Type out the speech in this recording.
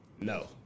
No